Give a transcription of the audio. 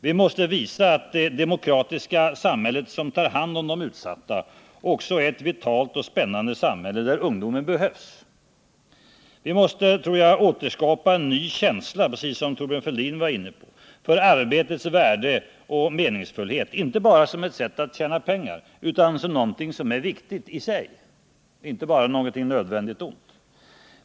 Vi måste visa att det demokratiska samhälle som tar hand om de utsatta också är ett vitalt och spännande samhälle, där ungdomen behövs. Vi måste, som också Thorbjörn Fälldin var inne på, återskapa en ny känsla för arbetets värde och meningsfullhet, inte bara som ett sätt att tjäna pengar, ett nödvändigt ont, utan som någonting som är viktigt i sig.